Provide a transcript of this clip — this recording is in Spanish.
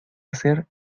hacer